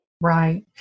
Right